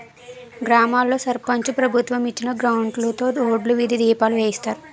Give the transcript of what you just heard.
గ్రామాల్లో సర్పంచు ప్రభుత్వం ఇచ్చిన గ్రాంట్లుతో రోడ్లు, వీధి దీపాలు వేయిస్తారు